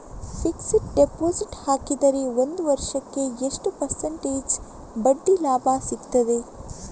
Fixed deposit ಹಾಕಿದರೆ ಒಂದು ವರ್ಷಕ್ಕೆ ಎಷ್ಟು ಪರ್ಸೆಂಟೇಜ್ ಬಡ್ಡಿ ಲಾಭ ಸಿಕ್ತದೆ?